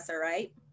right